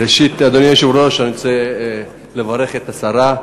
ראשית, אדוני היושב-ראש, אני רוצה לברך את השרה.